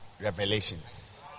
revelations